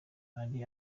ari